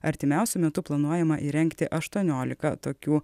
artimiausiu metu planuojama įrengti aštuoniolika tokių